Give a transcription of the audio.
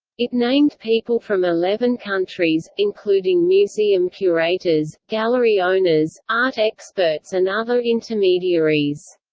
it named people from eleven countries, including museum curators, gallery owners, art experts and other intermediaries.